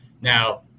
Now